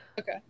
Okay